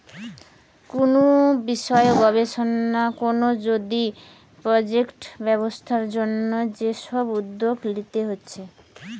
কুনু বিষয় গবেষণা কোরে যদি প্রজেক্ট ব্যবসার জন্যে যে সব উদ্যোগ লিতে হচ্ছে